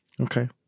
Okay